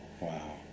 Wow